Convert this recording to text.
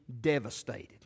devastated